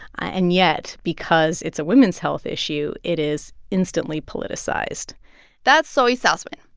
and yet, because it's a women's health issue, it is instantly politicized that's zoe salzman.